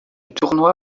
tournoi